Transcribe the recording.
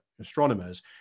astronomers